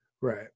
Right